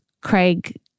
Craig